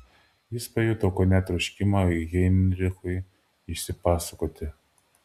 jis pajuto kone troškimą heinrichui išsipasakoti